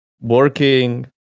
working